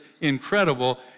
incredible